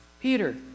Peter